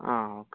ആ ഓക്കെ